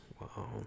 Wow